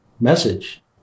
message